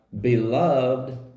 beloved